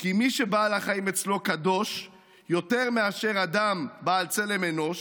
/ כי מי שבעל החיים אצלו קדוש / יותר מאשר אדם בעל צלם אנוש,